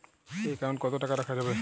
Account কত টাকা রাখা যাবে?